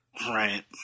Right